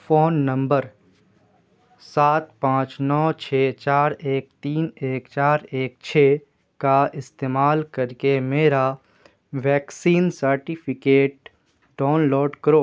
phone number سات پانچ نو چھ چار ایک تین ایک چار ایک چھ کا استعمال کر کے میرا ویکسین سرٹیفکیٹ ڈاؤن لوڈ کرو